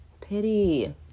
Pity